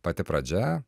pati pradžia